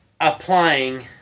applying